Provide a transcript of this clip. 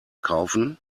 kaufen